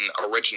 original